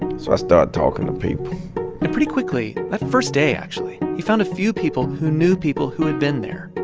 so i started talking to people and pretty quickly, that first day, actually, he found a few people who knew people who had been there.